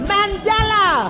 Mandela